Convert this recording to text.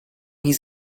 his